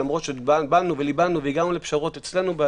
למרות שליבנו והגענו פשרות אצלנו,